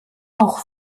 auch